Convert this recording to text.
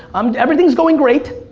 um everything's going great.